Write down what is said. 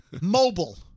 Mobile